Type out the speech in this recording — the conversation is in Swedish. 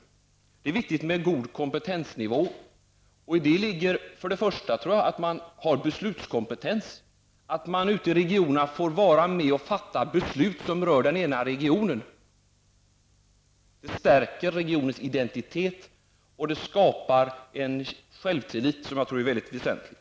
Det är också viktigt med en god kompetensnivå, och i det ligger för det första att man har beslutskompetens, att man ute i regionerna får vara med och fatta beslut som rör den egna regionen. Detta stärker regionens identitet, och det skapar en självtillit som enligt min uppfattning är mycket väsentlig.